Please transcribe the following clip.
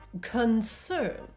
concern